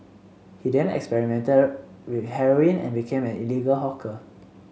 he then experimented with heroin and became an illegal hawker